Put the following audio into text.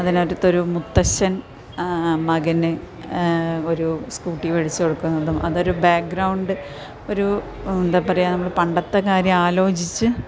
അതിനടുത്തൊരു മുത്തശ്ശൻ മകനെ ഒരു സ്കൂട്ടി മേടിച്ച് കൊടുക്കുന്നതും അതൊരു ബാക്ക്ഗ്രൗണ്ട് ഒരു എന്താ പറയാ നമ്മൾ പണ്ടത്തെ കാര്യം ആലോചിച്ച്